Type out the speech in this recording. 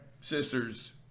sisters